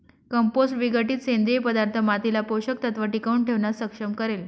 compost विघटित सेंद्रिय पदार्थ मातीला पोषक तत्व टिकवून ठेवण्यास सक्षम करेल